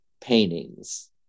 paintings